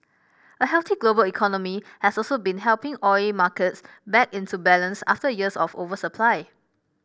a healthy global economy has also been helping oil markets back into balance after years of oversupply